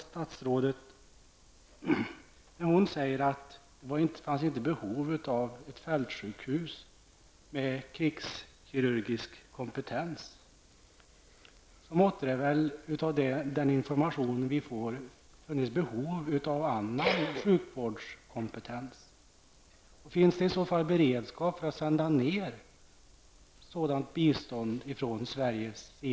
Statsrådet säger att det inte fanns behov av ett fältsjukhus med krigskirurgisk kompetens, men det måste väl ha framgått av den information vi får att det finns behov av annan sjukvårdskompetens. Finns det i så fall beredskap för att skicka ned sådant bistånd från Sverige.